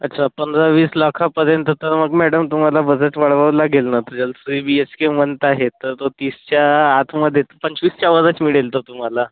अच्छा पंधरावीस लाखापर्यंत तर मग मॅडम तुम्हाला बजेट वाढवावं लागेल न जर थ्री बी एच के म्हणत आहे तर तो तीसच्या आतमध्ये पंचवीसच्या वरच मिळेल तो तुम्हाला